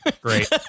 great